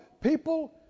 People